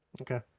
okay